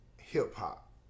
hip-hop